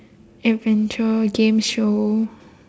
adventure game show